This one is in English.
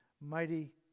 Mighty